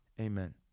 amen